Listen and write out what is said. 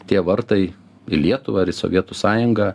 tie vartai į lietuvą ir į sovietų sąjungą